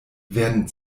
werden